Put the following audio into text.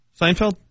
*Seinfeld*